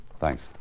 Thanks